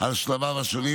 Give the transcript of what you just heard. על שלביו השונים,